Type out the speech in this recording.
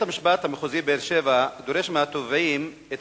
בית-המשפט המחוזי בבאר-שבע דורש מהתובעים את